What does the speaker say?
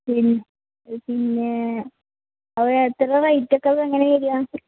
പിന്നെ എത്ര റേറ്റൊക്കെ എങ്ങനെയാണ് വരിക